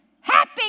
Happy